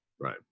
right